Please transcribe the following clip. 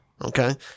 okay